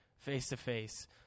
face-to-face